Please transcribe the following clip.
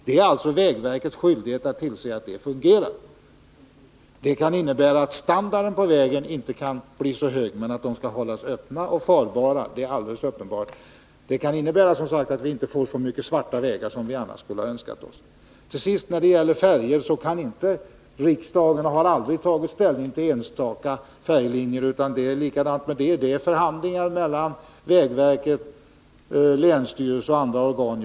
Det är alltså vägverkets skyldighet att tillse att de vägarna fungerar. Det kan visserligen innebära att standarden på dessa vägar inte kan bli särskilt hög, men att de skall hållas öppna och farbara är alldeles uppenbart. Det kan, som sagt, innebära att vi inte får så mycket svarta vägar som vi skulle ha önskat OSS. När det till sist gäller frågan om färjor kan riksdagen inte ta ställning till enstaka färjelinjer — och riksdagen har aldrig tagit ställning till sådana. Det är även där förhandlingar mellan vägverket, länsstyrelse och andra organ.